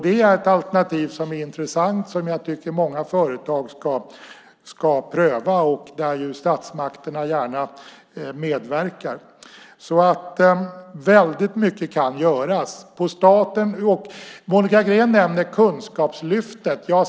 Det är ett alternativ som jag tycker är intressant, som jag tycker att många företag ska pröva och där statsmakterna gärna medverkar. Väldigt mycket kan alltså göras från staten. Monica Green nämner Kunskapslyftet.